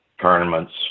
tournaments